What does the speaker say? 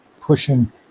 pushing